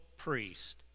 priest